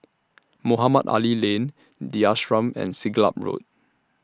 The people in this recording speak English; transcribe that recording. Mohamed Ali Lane The Ashram and Siglap Road